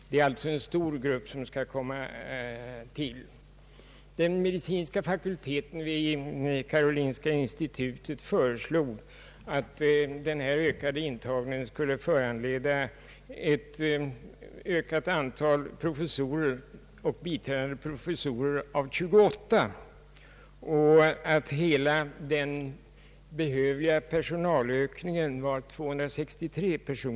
Det blir alltså ett stort tillskott. Den medicinska fakulteten vid Karolinska institutet föreslog att den ökade intagningen skulle föranleda en ökning av antalet professorer och biträdande professorer med 28, och hela den behövliga personalökningen angavs till 263.